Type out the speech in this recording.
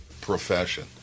profession